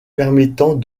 permettant